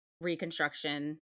reconstruction